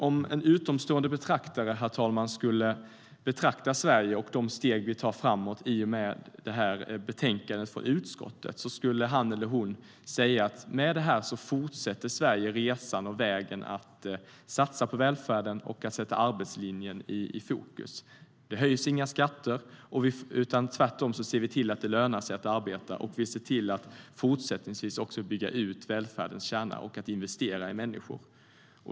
Om en utomstående betraktare skulle se på Sverige och de steg vi tar framåt i och med detta betänkande från utskottet skulle han eller hon säga att med detta fortsätter Sverige resan och vägen att satsa på välfärden och att sätta arbetslinjen i fokus. Det höjs inga skatter, utan tvärtom ser vi till att det lönar sig att arbeta. Vi ser till att också fortsättningsvis bygga ut välfärdens kärna och att investera i människor.